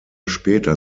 später